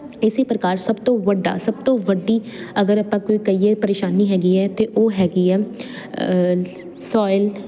ਇਸੇ ਪ੍ਰਕਾਰ ਸਭ ਤੋਂ ਵੱਡਾ ਸਭ ਤੋਂ ਵੱਡੀ ਅਗਰ ਆਪਾਂ ਕੋਈ ਕਹੀਏ ਪਰੇਸ਼ਾਨੀ ਹੈਗੀ ਹ ਤੇ ਉਹ ਹੈਗੀ ਆ ਸੋਇਲ